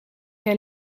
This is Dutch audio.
jij